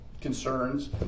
concerns